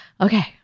okay